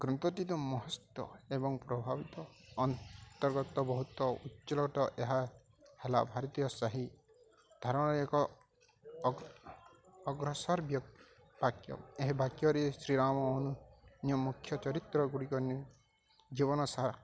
ଗ୍ରନ୍ତତିତ ମହସ୍ତ ଏବଂ ପ୍ରଭାବିତ ଅନ୍ତର୍ଗତ ବହୁତ ଏହା ହେଲା ଭାରତୀୟ ସାହି ଧାରଣର ଏକ ଅଗ୍ରସର ବାକ୍ୟ ଏହି ବାକ୍ୟରେ ଶ୍ରୀରାମ ମୁଖ୍ୟ ଚରିତ୍ର ଗୁଡ଼ିକ ନି ଜୀବନ ସାରା